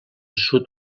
sud